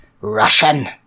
Russian